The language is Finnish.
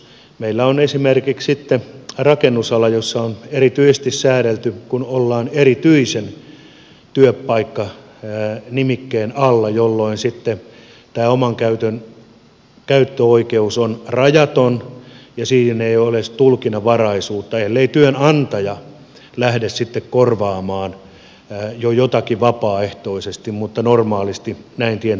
meillä on esimerkiksi rakennusala jossa on erityisesti säädelty kun ollaan erityisen työpaikkanimikkeen alla jolloin tämä oman auton käyttöoikeus on rajaton ja siinä ei ole tulkinnanvaraisuutta ellei työnantaja lähde korvaamaan jo jotakin vapaaehtoisesti mutta normaalisti näin tietenkään ei ole